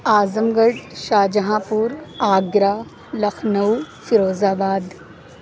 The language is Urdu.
اعظم گڑھ شاہجہاں پور آگرہ لکھنؤ فیروز آباد